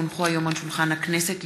כי הונחו היום על שולחן הכנסת,